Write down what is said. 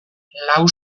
lau